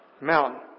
Mountain